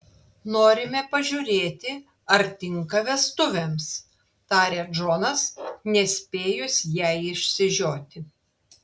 norime pažiūrėti ar tinka vestuvėms taria džonas nespėjus jai išsižioti